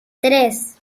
tres